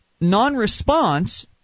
non-response